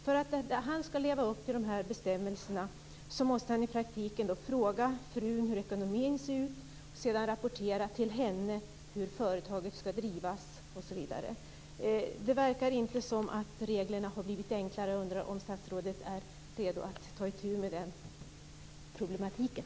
För att han skall leva upp till de här bestämmelserna måste han i praktiken fråga frun hur ekonomin ser ut, sedan rapportera till henne hur företaget skall drivas osv. Det verkar inte som om reglerna har blivit enklare. Jag undrar om statsrådet är redo att ta itu med den problematiken.